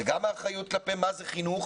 זה גם האחריות כלפי מה זה חינוך.